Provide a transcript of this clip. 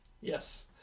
Yes